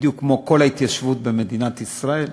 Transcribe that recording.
בדיוק כמו כל ההתיישבות במדינת ישראל,